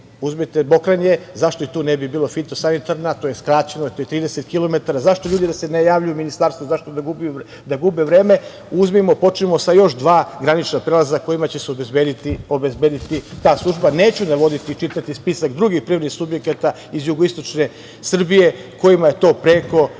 uzmite Mokranje, zašto i tu ne bi bila fitosanitarna, to je skraćeno, to je 30 kilometara, zašto ljudi da se ne javljaju Ministarstvu, zašto da gube vreme? Počnimo sa još dva granična prelaza kojima će se obezbediti ta služba. Neću navoditi i čitati spisak drugih privrednih subjekata iz jugoistočne Srbije kojima je to preko i